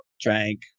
drank